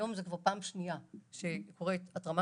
היום זאת כבר הפעם השנייה שמתרחשת התרמה